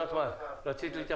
חברת הכנסת אוסנת מארק, בבקשה.